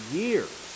years